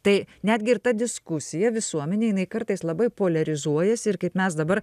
tai netgi ir ta diskusija visuomenėj jinai kartais labai poliarizuojasi ir kaip mes dabar